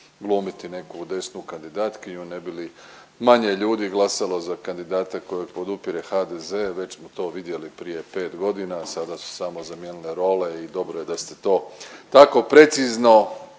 Glumite neku desnu kandidatkinju ne bi li manje ljudi glasalo za kandidata kojeg podupire HDZ, već smo to vidjeli prije pet godina. Sada su samo zamijenili role i dobro da ste to tako precizno